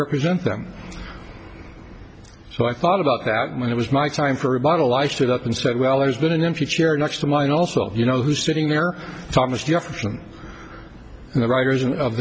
represent them so i thought about that when it was my time for a bottle i stood up and said well there's been an empty chair next to mine also you know who's sitting there thomas jefferson and the writers of